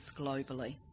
globally